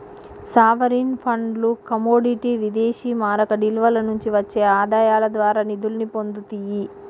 sovereign ఫండ్లు commodity విదేశీమారక నిల్వల నుండి వచ్చే ఆదాయాల ద్వారా నిధుల్ని పొందుతియ్యి